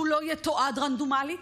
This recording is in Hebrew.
שהוא לא יתועד רנדומלית.